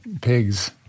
pigs